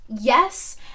yes